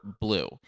blue